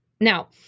Now